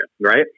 right